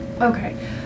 Okay